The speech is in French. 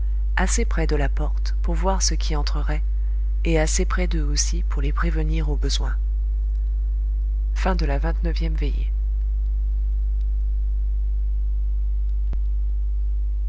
assez près de la porte pour voir ce qui entrerait et assez près d'eux aussi pour les prévenir au besoin trentième veillée